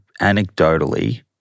anecdotally